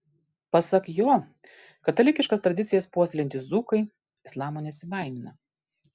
pasak jo katalikiškas tradicijas puoselėjantys dzūkai islamo nesibaimina